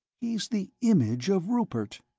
he's the image of rupert.